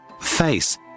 Face